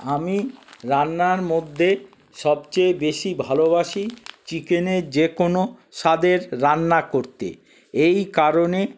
আমি রান্নার মধ্যে সবচেয়ে বেশি ভালোবাসি চিকেনের যে কোনো স্বাদের রান্না করতে এই কারণে